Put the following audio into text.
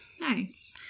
Nice